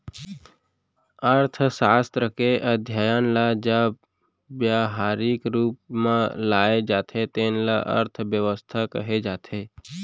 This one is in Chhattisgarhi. अर्थसास्त्र के अध्ययन ल जब ब्यवहारिक रूप म लाए जाथे तेन ल अर्थबेवस्था कहे जाथे